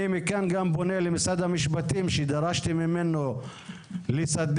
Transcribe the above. אני מכאן פונה גם למשרד המשפטים שדרשתי ממנו לסדר